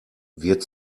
wird